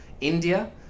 India